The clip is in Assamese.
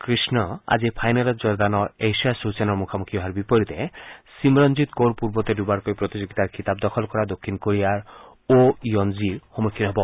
কৃষ্ণ আজি ফাইনেলত জৰ্দানৰ এইশ্বাহ হুছেইনৰ মুখামুখি হোৱাৰ বিপৰীতে ছিমৰণজিৎ কৌৰ পূৰ্বতে দুবাৰকৈ প্ৰতিযোগিতাৰ খিতাপ দখল কৰা দক্ষিণ কোৰিয়াৰ অ'হ য়ি'ন জিৰ সন্মুখীন হ'ব